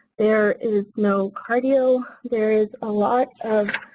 there is no cardio. there is a lot of